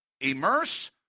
immerse